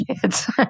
kids